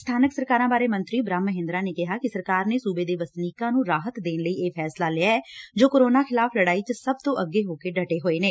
ਸਬਾਨਕ ਸਰਕਾਰਾਂ ਬਾਰੇ ਮੰਤਰੀ ਬ੍ਹਮ ਮਹਿੰਦਰਾ ਨੇ ਕਿਹਾ ਕਿ ਸਰਕਾਰ ਨੇ ਸੂਬੇ ਦੇ ਨਾਗਰਿਕਾਂ ਨੂੰ ਰਾਹਤ ਦੇਣ ਲਈ ਇਹ ਫੈਸਲਾ ਲਿਐ ਜੋ ਕੋਰੋਨਾ ਖਿਲਾਫ਼ ਲੜਾਈ ਚ ਸਭ ਤੋਂ ਅੱਗੇ ਡਟੇ ਹੋਏ ਨੇ